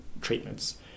treatments